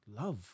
love